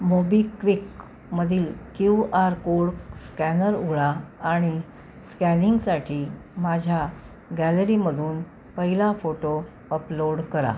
मोबिक्विकमधील QR code scanner उघडा आणि स्कॅनिंगसाठी माझ्या गॅलरीमधून पहिला फोटो अपलोड करा